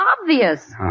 obvious